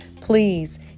Please